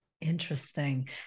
Interesting